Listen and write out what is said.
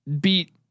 beat